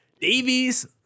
Davies